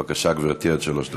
בבקשה, גברתי, עד שלוש דקות.